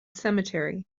cemetery